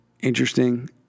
Interesting